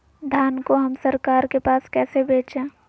धान को हम सरकार के पास कैसे बेंचे?